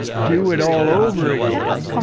do it all over again,